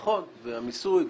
נכון, והמיסוי.